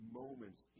moments